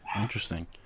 Interesting